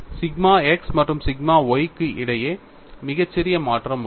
sigma x மற்றும் sigma y க்கு இடையே மிகச் சிறிய மாற்றம் உள்ளது